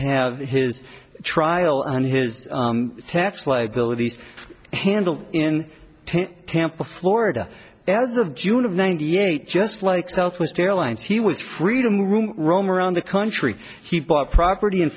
have his trial and his tax liabilities handled in tampa florida as of june of ninety eight just like southwest airlines he was freedom room roam around the country he bought property in